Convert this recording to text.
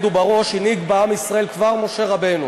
הוא בראש הנהיג בעם ישראל כבר משה רבנו,